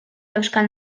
euskal